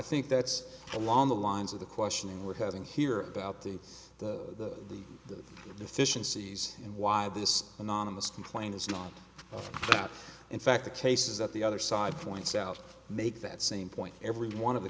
think that's along the lines of the questioning we're having here about the the deficiencies and why this anonymous complaint is not that in fact the cases that the other side points out make that same point every one of the